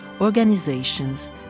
organizations